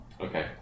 Okay